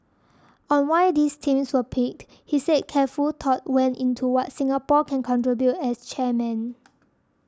on why these themes were picked he said careful thought went into what Singapore can contribute as chairman